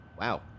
Wow